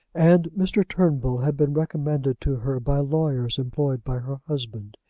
and mr. turnbull had been recommended to her by lawyers employed by her husband.